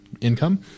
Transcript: income